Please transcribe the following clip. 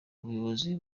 ubuyobozi